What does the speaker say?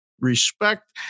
respect